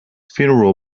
funeral